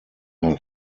are